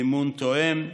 מימון תואם,